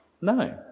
No